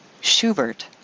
Schubert